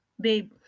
babe